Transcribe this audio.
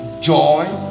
joy